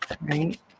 right